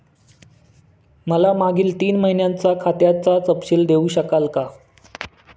मला मागील तीन महिन्यांचा खात्याचा तपशील देऊ शकाल का?